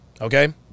Okay